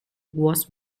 was